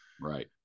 right